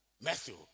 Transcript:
Matthew